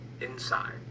inside